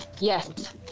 Yes